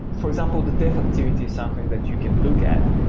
for example the depth activity is something that you can look at.